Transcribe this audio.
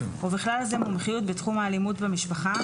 ובכלל זה מומחיות בתחום האלימות במשפחה,